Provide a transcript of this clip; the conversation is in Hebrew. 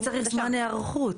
כי צריך זמן היערכות.